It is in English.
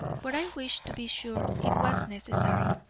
but i wished to be sure it was necessary.